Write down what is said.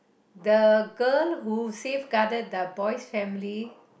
the girl who safeguarded the boy's family